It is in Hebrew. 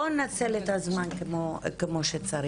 בואו ננצל את הזמן כמו שצריך.